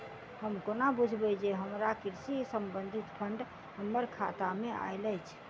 हम कोना बुझबै जे हमरा कृषि संबंधित फंड हम्मर खाता मे आइल अछि?